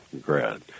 grad